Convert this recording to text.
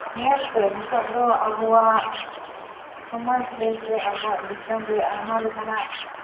ᱧᱮᱞ ᱯᱮ ᱱᱤᱛᱚᱜ ᱫᱚ ᱟᱵᱚᱣᱟᱜ ᱥᱚᱢᱟᱡᱽ ᱨᱮᱥᱮ ᱟᱵᱚᱣᱟᱜ ᱫᱤᱥᱚᱢ ᱨᱮ ᱟᱭᱢᱟ ᱞᱮᱠᱟᱱᱟᱜ